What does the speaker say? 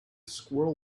squirrel